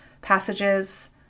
passages